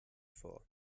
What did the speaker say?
vor